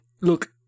Look